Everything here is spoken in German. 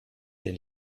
den